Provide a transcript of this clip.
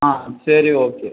ஆ சரி ஓகே